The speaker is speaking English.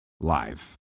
live